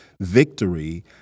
victory